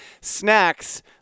Snacks